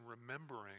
remembering